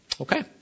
Okay